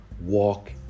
walk